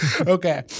Okay